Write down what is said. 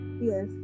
yes